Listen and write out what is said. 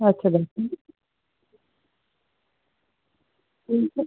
আচ্ছা দেখান ওইটা